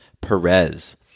Perez